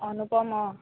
অনুপম অঁ